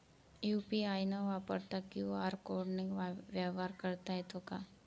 UPI न वापरता QR कोडने व्यवहार करता येतो का?